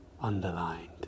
underlined